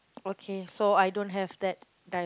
okay so I don't have that di~